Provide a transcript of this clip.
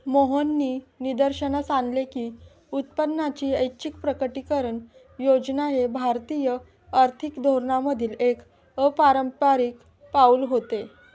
मोहननी निदर्शनास आणले की उत्पन्नाची ऐच्छिक प्रकटीकरण योजना हे भारतीय आर्थिक धोरणांमधील एक अपारंपारिक पाऊल होते